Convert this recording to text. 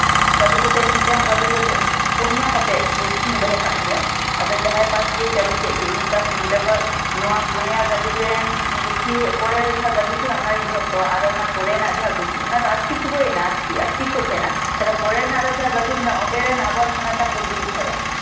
ᱜᱟᱹᱰᱩ ᱠᱟᱛᱮ ᱢᱤᱫᱴᱮᱱ ᱜᱟᱹᱰᱩ ᱨᱮ ᱯᱩᱱᱭᱟ ᱠᱟᱛᱮ ᱜᱩᱴᱷᱤᱢ ᱫᱚᱦᱚ ᱠᱟᱜ ᱜᱮᱭᱟ ᱟᱫᱚ ᱡᱟᱦᱟᱸᱭ ᱯᱟᱥ ᱜᱮᱭ ᱪᱟᱹᱞᱩ ᱠᱮᱫ ᱜᱮ ᱤᱧ ᱯᱟᱥ ᱨᱮᱱ ᱱᱚᱛᱮ ᱠᱷᱚᱱ ᱱᱚᱣᱟ ᱯᱩᱱᱭᱟ ᱜᱟᱹᱰᱩ ᱨᱮᱱ ᱜᱩᱴᱷᱤ ᱯᱚᱨᱮ ᱡᱟᱦᱟᱸ ᱜᱟᱹᱰᱩ ᱛᱟᱦᱮᱱᱟ ᱚᱱᱟ ᱨᱤᱧ ᱫᱚᱦᱚ ᱠᱚᱣᱟ ᱟᱨ ᱚᱱᱟ ᱯᱚᱨᱮᱱᱟᱜ ᱡᱟᱦᱟᱸ ᱜᱟᱹᱰᱩ ᱚᱱᱟ ᱫᱚ ᱟᱴᱴᱤ ᱠᱚ ᱦᱩᱭᱮᱱᱟ ᱟᱴᱴᱤ ᱟᱴᱴᱤ ᱠᱚ ᱛᱟᱦᱮᱱᱟ ᱛᱟᱦᱞᱮ ᱯᱚᱨᱮ ᱨᱮᱱᱟᱜ ᱨᱮ ᱡᱟᱦᱟᱸ ᱜᱟᱹᱰᱩ ᱢᱮᱱᱟᱜᱼᱟ ᱚᱸᱰᱮᱱᱟᱜ ᱟᱵᱟᱨ ᱦᱟᱱᱟᱴᱟᱜ ᱜᱟᱹᱰᱩᱨᱤᱧ ᱫᱚᱦᱚᱭᱟ